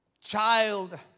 child